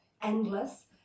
endless